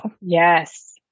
Yes